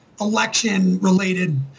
election-related